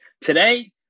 today